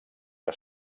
que